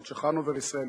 חברי חברי הכנסת,